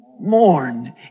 mourn